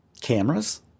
cameras